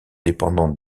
dépendante